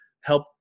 help